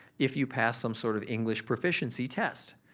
if you pass some sort of english proficiency test.